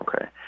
Okay